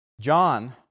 John